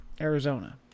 Arizona